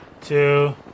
two